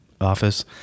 office